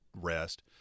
rest